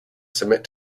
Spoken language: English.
submit